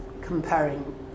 comparing